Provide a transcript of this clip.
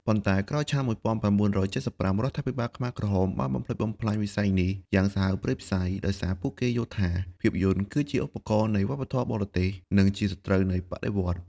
ប៉ុន្តែក្រោយឆ្នាំ ១៩៧៥ រដ្ឋាភិបាលខ្មែរក្រហមបានបំផ្លិចបំផ្លាញវិស័យនេះយ៉ាងសាហាវព្រៃផ្សៃ ដោយសារពួកគេយល់ថា ភាពយន្តគឺជាឧបករណ៍នៃវប្បធម៌បរទេស និងជាសត្រូវនៃបដិវត្តន៍។